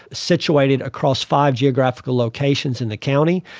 situated across five geographical locations in the county.